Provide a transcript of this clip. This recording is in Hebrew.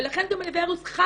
ולכן גם בנווה האירוס,